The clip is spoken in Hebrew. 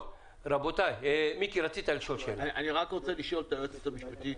אני רוצה לשאול את היועצת המשפטית.